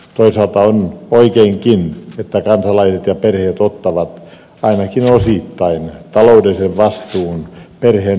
toisaalta on oikeinkin että kansalaiset ja perheet ottavat ainakin osittain taloudellisen vastuun perheen liikuntaharrastuksesta